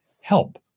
help